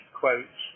quote